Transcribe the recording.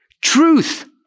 truth